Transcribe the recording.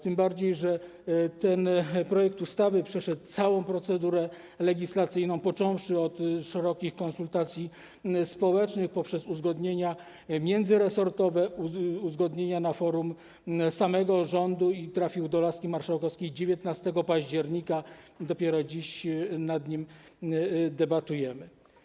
Tym bardziej, że ten projekt ustawy przeszedł całą procedurę legislacyjną, począwszy od szerokich konsultacji społecznych poprzez uzgodnienia międzyresortowe, uzgodnienia na forum samego rządu i trafił do laski marszałkowskiej 19 października i dopiero dziś nad nim debatujemy.